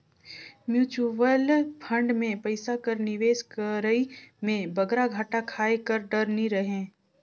mutual fund में पइसा कर निवेस करई में बगरा घाटा खाए कर डर नी रहें